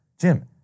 Jim